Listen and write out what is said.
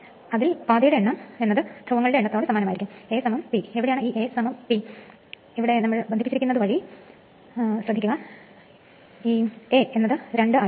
അതിനാൽ 3 phase induction motor നമുക്ക് ആരംഭിക്കാം